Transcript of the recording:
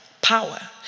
power